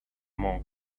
monk